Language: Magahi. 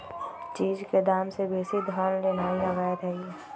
चीज के दाम से बेशी धन लेनाइ अवैध हई